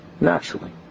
naturally